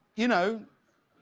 you know,